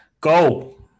Go